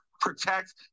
protect